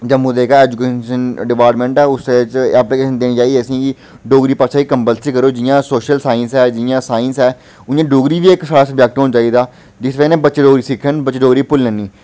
जम्मू दे गै education department ऐ उस्सै च आपै गै देनी चाहिदी असें गी की डोगरी भाशा कंपलसरी करो जि'यां सोशल साईंस ऐ जि'यां साईंस ऐ उ'आं डोगरी बी इक खास सब्जैक्ट होना चाहिदा जिस बजह् कन्नै बच्चे डोगरी सिक्खन डोगरी भुल्लन निं